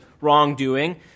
wrongdoing